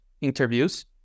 interviews